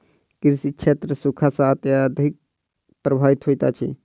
कृषि क्षेत्र सूखा सॅ अत्यधिक प्रभावित होइत अछि